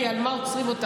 כי על מה עוצרים אותם?